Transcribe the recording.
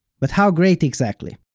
but how great exactly?